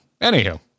anywho